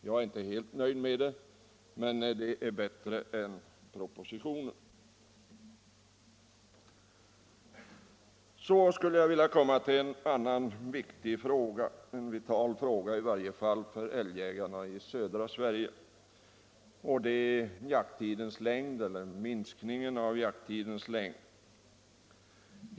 Jag är inte helt nöjd med det, men det är bättre än förslaget i propositionen. En annan vital fråga, i varje fall för älgjägarna i södra Sverige, är jakttidens längd.